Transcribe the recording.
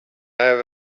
have